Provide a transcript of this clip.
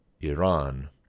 Iran